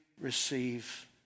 receive